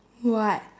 what